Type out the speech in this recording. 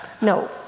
No